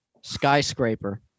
Skyscraper